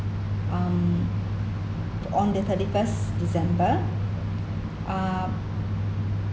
um on the thirty first december um